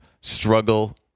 struggle